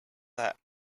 that